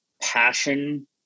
passion